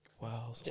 Wow